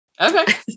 okay